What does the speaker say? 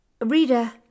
Rita